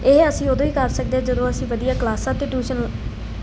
ਇਹ ਅਸੀਂ ਉਦੋਂ ਹੀ ਕਰ ਸਕਦੇ ਹਾਂ ਜਦੋਂ ਅਸੀਂ ਵਧੀਆ ਕਲਾਸਾਂ ਅਤੇ ਟਿਊਸ਼ਨ